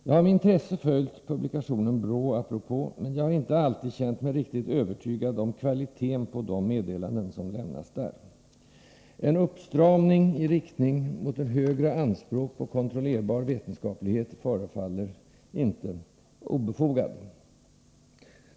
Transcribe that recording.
Jag har med intresse följt publikationen BRÅ-Apropå, men jag har inte alltid känt mig riktigt övertygad om kvaliteten på de meddelanden som lämnas där. En uppstramning i riktning mot ett högre anspråk på kontrollerbar vetenskaplighet förefaller inte vara obefogad.